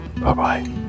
Bye-bye